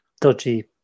dodgy